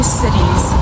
cities